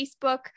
Facebook